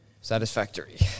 Satisfactory